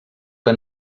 que